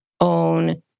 own